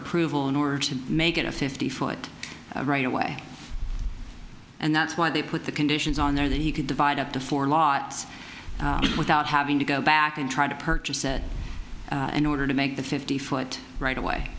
approval in order to make it a fifty foot right away and that's why they put the conditions on there that he could divide up to four lots without having to go back and try to purchase said in order to make the fifty foot right away